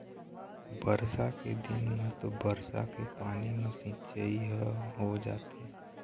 बरसा के दिन म तो बरसा के पानी म सिंचई ह हो जाथे